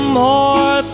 more